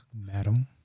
Madam